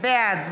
בעד